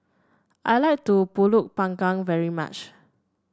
I like to pulut panggang very much